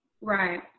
right